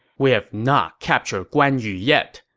we have not captured guan yu yet.